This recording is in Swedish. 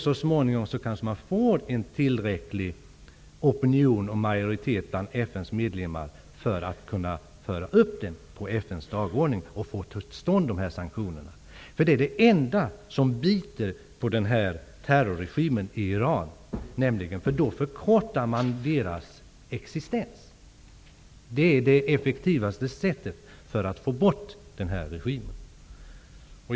Så småningom kanske man får en tillräcklig opinion och majoritet hos FN:s medlemmar, för att kunna föra upp frågan på FN:s dagordning och få till stånd de här sanktionerna. Det är nämligen det enda som biter på den här terroregimen i Iran, eftersom man då förkortar dess existens. Det är det effektivaste sättet att få bort den här regimen.